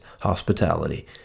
hospitality